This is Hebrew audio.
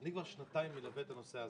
אני כבר שנתיים מלווה את הנושא הזה.